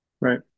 Right